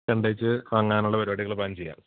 കണ്ടേച്ച് വാങ്ങാനുള്ള പരിപാടികൾ പ്ലാൻ ചെയ്യാം